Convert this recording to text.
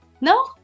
No